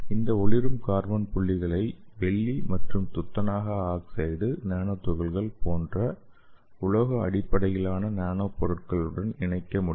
இந்த ஒளிரும் கார்பன் புள்ளிகளை வெள்ளி மற்றும் துத்தநாக ஆக்ஸைடு நானோ துகள்கள் போன்ற உலோக அடிப்படையிலான நானோ பொருட்களுடன் இணைக்க முடியும்